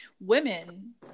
women